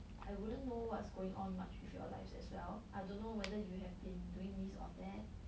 I wouldn't know what's going on much with your lives as well I don't know whether you have been doing this or that